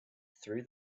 through